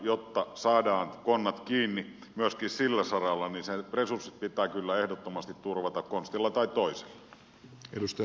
jotta saadaan konnat kiinni myöskin sillä saralla sen resurssit pitää kyllä ehdottomasti turvata konstilla tai toisella